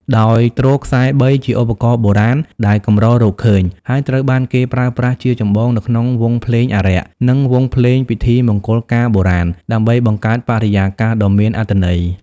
ដោយទ្រខ្សែបីជាឧបករណ៍បុរាណដែលកម្ររកឃើញ ហើយត្រូវបានគេប្រើប្រាស់ជាចម្បងនៅក្នុងវង់ភ្លេងអារក្ស និង វង់ភ្លេងពិធីមង្គលការបុរាណ ដើម្បីបង្កើតបរិយាកាសដ៏មានអត្ថន័យ។